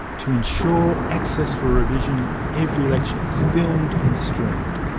to ensure access for revision, every lecture is filmed and streamed.